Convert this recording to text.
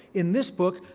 in this book,